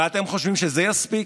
ואתם חושבים שזה יספיק?